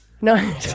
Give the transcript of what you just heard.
No